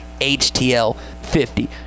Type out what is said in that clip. HTL50